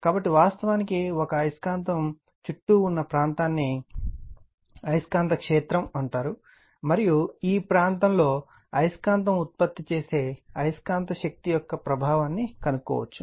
కాబట్టి వాస్తవానికి ఒక అయస్కాంతం చుట్టూ ఉన్న ప్రాంతాన్ని అయస్కాంత క్షేత్రం అంటారు మరియు ఈ ప్రాంతంలో అయస్కాంతం ఉత్పత్తి చేసే అయస్కాంత శక్తి యొక్క ప్రభావాన్ని కనుగొనవచ్చు